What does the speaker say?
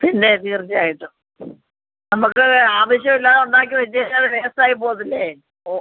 പിന്നെ തീർച്ചയായിട്ടും നമുക്ക് ആവശ്യം ഇല്ലാതെ ഉണ്ടാക്കി വെച്ച് കഴിഞ്ഞാൽ അത് വേസ്റ്റ് ആയി പോവില്ലേ ഓ